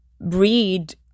breed